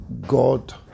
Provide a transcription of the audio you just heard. God